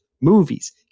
movies